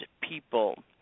people